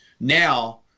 now